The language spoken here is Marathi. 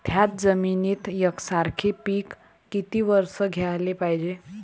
थ्याच जमिनीत यकसारखे पिकं किती वरसं घ्याले पायजे?